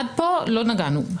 עד פה לא נגענו.